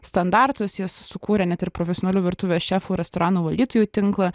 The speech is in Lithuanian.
standartus jis sukūrė net ir profesionalių virtuvės šefų restoranų valdytojų tinklą